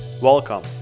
Welcome